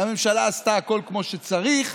הממשלה עשתה הכול כמו שצריך.